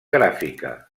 gràfica